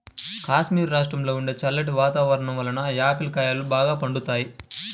కాశ్మీరు రాష్ట్రంలో ఉండే చల్లటి వాతావరణం వలన ఆపిల్ కాయలు బాగా పండుతాయి